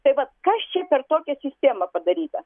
tai va kas čia per tokia sistema padaryta